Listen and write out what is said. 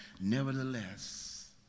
Nevertheless